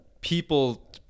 people